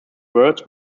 words